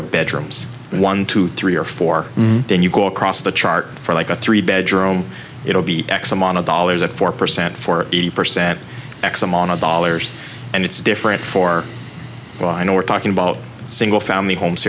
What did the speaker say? of bedrooms one two three or four then you go across the chart for like a three bedroom it will be x amount of dollars at four percent for eighty percent x amount of dollars and it's different for well i know we're talking about single family homes